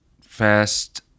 Fast